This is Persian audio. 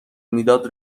میداد